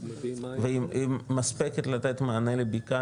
מביאים מים --- והיא מספיקה לתת מענה לבקעה,